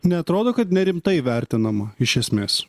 neatrodo kad ne rimtai vertinama iš esmės